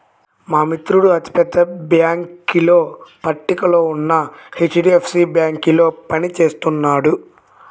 మా మిత్రుడు అతి పెద్ద బ్యేంకుల పట్టికలో ఉన్న హెచ్.డీ.ఎఫ్.సీ బ్యేంకులో పని చేస్తున్నాడు